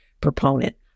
proponent